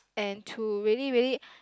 and to really really